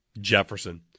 Jefferson